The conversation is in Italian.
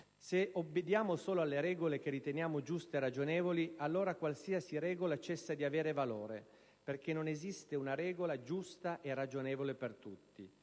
«se obbediamo solo alle regole che riteniamo giuste e ragionevoli, allora qualsiasi regola cessa di avere valore, perché non esiste una regola giusta e ragionevole per tutti.